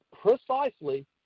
precisely